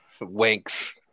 Winks